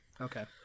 Okay